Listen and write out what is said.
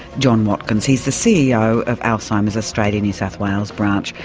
john watkins. he's the ceo of alzheimer's australia, new south wales branch.